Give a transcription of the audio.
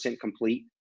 complete